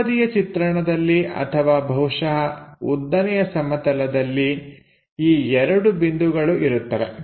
ಮುಂಬದಿಯ ಚಿತ್ರಣದಲ್ಲಿ ಅಥವಾ ಬಹುಶಃ ಉದ್ದನೆಯ ಸಮತಲದಲ್ಲಿ ಈ ಎರಡು ಬಿಂದುಗಳು ಇರುತ್ತವೆ